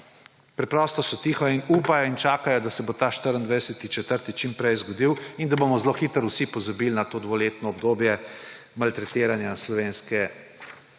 Preprosto so tiho in upajo in čakajo, da se bo ta 24. 4. čim prej zgodil in da bomo zelo hitro vsi pozabili na to dvoletno obdobje maltretiranja slovenske